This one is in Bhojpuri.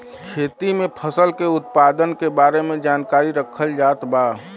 खेती में फसल के उत्पादन के बारे में जानकरी रखल जात बा